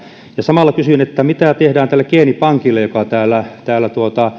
samalla kysyn mitä tehdään tälle geenipankille joka